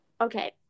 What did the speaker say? okay